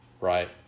right